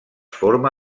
forma